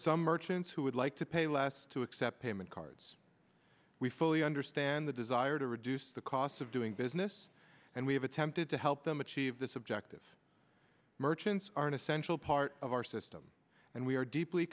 some merchants who would like to pay less to accept payment cards we fully understand the desire to reduce the costs of doing business and we have attempted to help them achieve this objective merchants are an essential part of our system and we are deeply